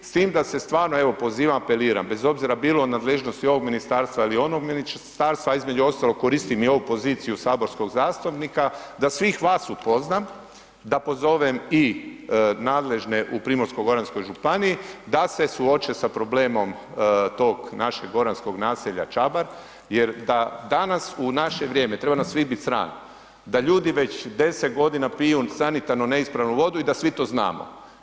S tim da se stvarno, evo pozivam, apeliram, bez obzira bilo u nadležnosti ovog ministarstva ili onog ministarstva a između ostalog koristim i ovu poziciju saborskog zastupnika da svih vas upoznam, da pozovem i nadležne u Primorsko-goranskoj županiji da se suoče sa problemom tog našeg goranskog naselja Čabar jer da danas u naše vrijeme, treba nas sve biti sram da ljudi već 10 godina piju sanitarno neispravnu vodu i da svi to znamo.